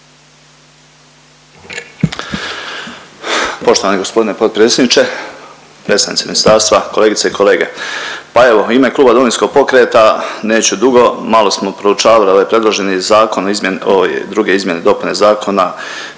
Poštovani gospodine potpredsjedniče, predstavnici ministarstva, kolegice i kolege. Pa evo u ime kluba Domovinskog pokreta neću dugo, malo smo proučavali ovaj predloženi zakon o izmjeni, druge izmjene i dopune zakona